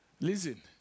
Listen